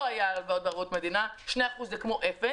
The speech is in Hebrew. לא היו הלוואות בערבות מדינה, 2% זה כמו אפס.